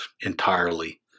entirely